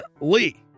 Lee